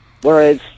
whereas